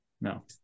No